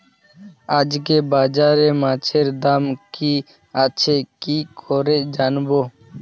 আজকে বাজারে মাছের দাম কি আছে কি করে জানবো?